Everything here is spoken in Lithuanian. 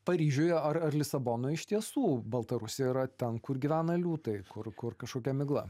paryžiuj ar ar lisabonoj iš tiesų baltarusija yra ten kur gyvena liūtai kur kur kažkokia migla